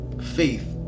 faith